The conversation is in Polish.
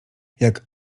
jak